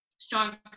stronger